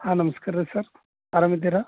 ಹಾಂ ನಮಸ್ಕಾರ ಸರ್ ಅರಾಮ ಇದ್ದೀರಾ